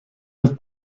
with